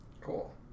Cool